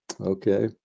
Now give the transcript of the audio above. Okay